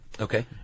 Okay